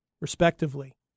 respectively